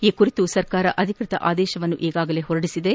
ಈ ಕುರಿತು ಸರ್ಕಾರ ಅಧಿಕೃತ ಆದೇಶವನ್ನು ಈಗಾಗಲೇ ಹೊರಡಿಸಿದೆ